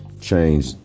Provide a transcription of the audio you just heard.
change